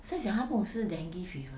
是想她不懂是 dengue fever